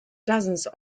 dozens